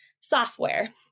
software